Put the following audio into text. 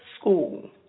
school